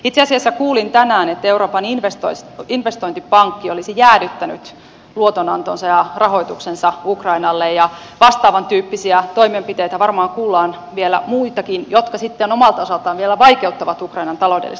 itse asiassa kuulin tänään että euroopan investointipankki olisi jäädyttänyt luotonantonsa ja rahoituksensa ukrainalle ja vastaavantyyppisiä toimenpiteitä varmaan kuullaan vielä muitakin jotka sitten omalta osaltaan vielä vaikeuttavat ukrainan taloudellista tilannetta